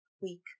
week